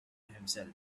himself